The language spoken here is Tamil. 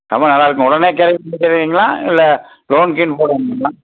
ரொம்ப நல்லாயிருக்கும் உடனே கிரையம் பண்ணி தருவீங்களா இல்லை லோன் கீன் போடுவீங்களா